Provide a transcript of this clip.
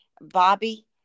Bobby